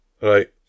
right